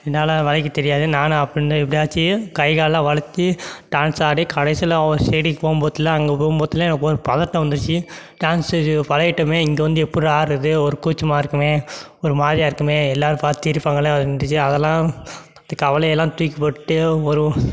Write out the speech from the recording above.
என்னால் வளைக்கத் தெரியாது நானும் அப்படின்னு எப்படியாச்சும் கை காலெல்லாம் வளைத்து டான்ஸ் ஆடி கடைசியில் அவங்க ஸ்டேஜிக்கு போகும் போதெல்லாம் அங்கே போகும் போதெல்லாம் ஒரு பதட்டம் வந்துடுச்சு டான்ஸ் பழகிட்டமே இங்கே வந்து எப்புடிறா ஆடுகிறது ஒரு கூச்சமாக இருக்குமே ஒரு மாதிரியா இருக்குமே எல்லாேரும் பார்த்துட்டு சிரிப்பாங்களே அப்படி இருந்துச்சு அதெல்லாம் பற்றி கவலையெல்லாம் தூக்கி போட்டுவிட்டு ஒரு